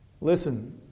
Listen